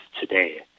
today